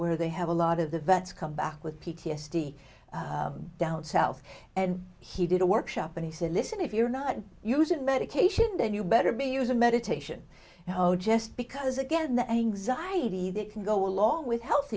where they have a lot of the vets come back with p t s d down south and he did a workshop and he said listen if you're not using medication then you better be using meditation oh just because again the anxiety that can go along with health